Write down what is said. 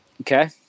Okay